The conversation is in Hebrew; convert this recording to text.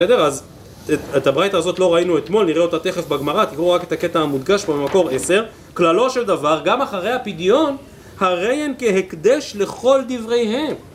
בסדר? אז את הברייתא הזאת לא ראינו אתמול, נראה אותה תכף בגמרא, תקראו רק את הקטע המודגש פה במקור עשר. כללו של דבר, גם אחרי הפדיון, הרי אין כהקדש לכל דבריהם